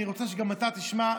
אני רוצה שגם אתה תשמע,